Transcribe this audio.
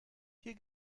hier